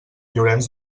llorenç